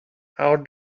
how